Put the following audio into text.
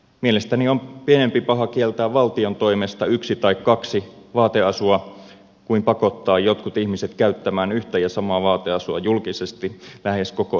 mielestäni on pienempi paha kieltää valtion toimesta yksi tai kaksi vaateasua kuin pakottaa jotkut ihmiset käyttämään yhtä ja samaa vaateasua julkisesti lähes koko elämänsä ajan